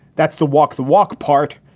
that's the walk the walk part.